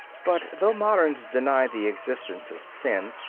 but though moderns deny the existence of sin,